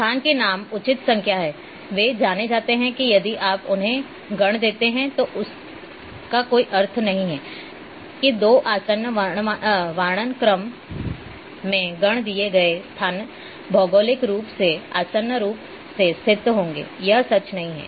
स्थान के नाम उचित संज्ञा हैं वे जाने जाते हैं यदि आप उन्हें गण देते हैं तो इसका कोई अर्थ नहीं है कि दो आसन्न वर्णानुक्रम में गण दिए गए स्थान भौगोलिक रूप से आसन्न रूप से स्थित होंगे यह सच नहीं है